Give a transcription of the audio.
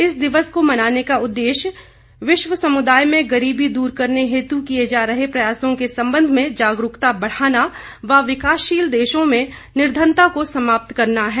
इस दिवस को मनाने का उद्देश्य विश्व समुदाय में गरीबी दूर करने हेतु किये जा रहे प्रयासों के संबंध में जागरूकता बढ़ाना व विकासशील देशों में निर्धनता को समाप्त करना है